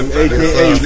aka